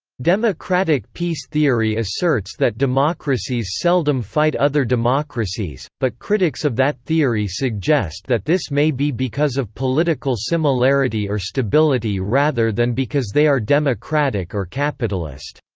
democratic peace theory asserts that democracies seldom fight other democracies, but critics of that theory suggest that this may be because of political similarity or stability rather than because they are democratic or capitalist.